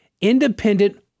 independent